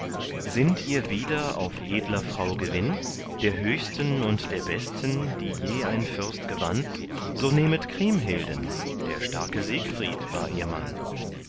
sinnt ihr wieder auf edler frau gewinn der höchsten und der besten die je ein fürst gewann so nehmet kriemhilden der starke siegfried war ihr mann